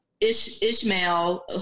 Ishmael